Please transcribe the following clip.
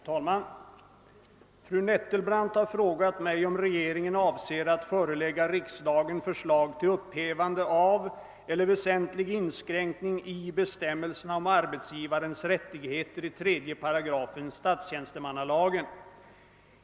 Herr talman! Fru Nettelbrandt har frågat mig, om regeringen avser att förelägga riksdagen förslag till upphävande av eller väsentlig inskränkning i bestämmelserna om arbetsgivarens rättigheter i 3 8 statstjänstemannalagen.